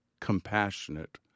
compassionate